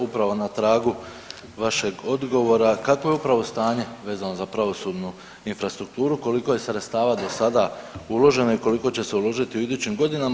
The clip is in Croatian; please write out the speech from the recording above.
Upravo na tragu vašeg odgovora kakvo je upravo stanje vezano za pravosudnu infrastrukturu, koliko je sredstava do sada uloženo i koliko će se uložiti u idućim godinama.